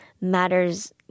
matters